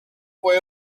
fue